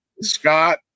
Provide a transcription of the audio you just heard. Scott